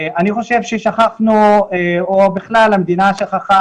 אני חושב ששכחנו או בכלל המדינה שכחה